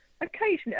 Occasionally